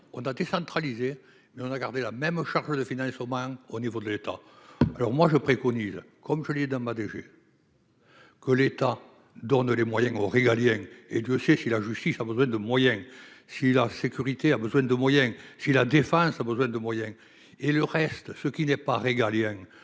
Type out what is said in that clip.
on a décentralisé, mais on a gardé la même au charme de finances au moins au niveau de l'État, alors moi je préconise, comme je l'ai eu dans ma DG. Que l'État donne les moyens, gros régalien et Dieu sait si la justice a besoin de moyens si la sécurité a besoin de moyens si la défense a besoin de moyens et le reste, ce qui n'est pas, régaliennes